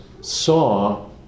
saw